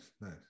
nice